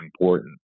important